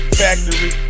factory